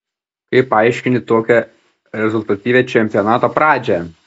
kaip paaiškinti tokią rezultatyvią čempionato pradžią